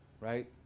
right